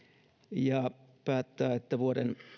ja päättää että vuoden